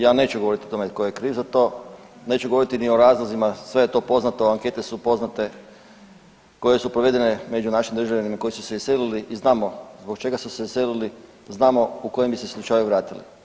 Ja neću govoriti o tome tko je kriv za to, neću govoriti ni o razlozima, sve je to poznato, ankete su poznate koje su provedene među našim državljanima koji su se iselili i znamo zbog čega su se iselili, znamo u kojem bi se slučaju vratili.